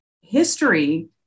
history